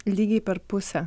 lygiai per pusę